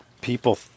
people